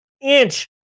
inch